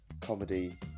comedy